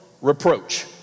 Reproach